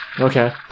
Okay